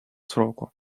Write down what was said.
сроку